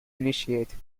initiated